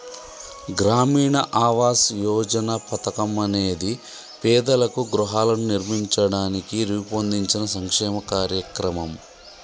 గ్రామీణ ఆవాస్ యోజన పథకం అనేది పేదలకు గృహాలను నిర్మించడానికి రూపొందించిన సంక్షేమ కార్యక్రమం